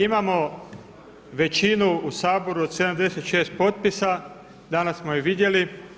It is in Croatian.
Imamo većinu u Saboru od 76 potpisa, danas smo je vidjeli.